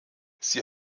sie